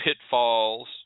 pitfalls